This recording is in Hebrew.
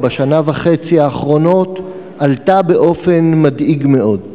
בשנה וחצי האחרונות עלתה באופן מדאיג מאוד,